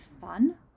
fun